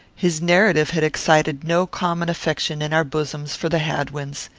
his narrative had excited no common affection in our bosoms for the hadwins.